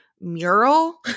mural